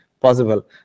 Possible